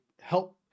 help